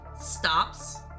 stops